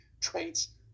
traits